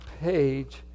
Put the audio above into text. page